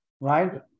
right